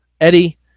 Eddie